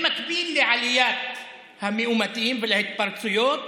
במקביל לעליית המאומתים ולהתפרצויות,